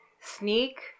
sneak